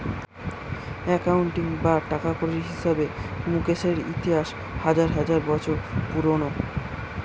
accounting বা টাকাকড়ির হিসেবে মুকেশের ইতিহাস হাজার হাজার বছর পুরোনো